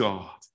God